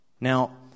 Now